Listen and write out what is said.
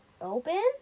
open